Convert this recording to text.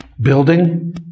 building